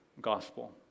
gospel